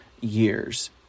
years